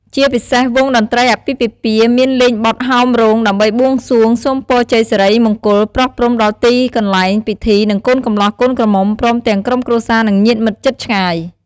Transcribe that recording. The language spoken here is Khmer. ជាពិសេសវង់តន្ត្រីអាពាហ៍ពិពាហ៍មានលេងបទហោមរោងដើម្បីបួងសួងសូមពរជ័យសិរីមង្គលប្រោះព្រុំដល់ទីកន្លែងពិធី និងកូនកំលោះកូនក្រមំុ ព្រមទាំងក្រុមគ្រួសារនិងញាតិមិត្តជិតឆ្ងាយ។